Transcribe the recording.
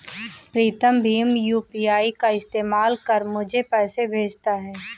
प्रीतम भीम यू.पी.आई का इस्तेमाल कर मुझे पैसे भेजता है